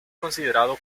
considerado